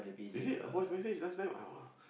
is it voice message last time